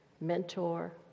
mentor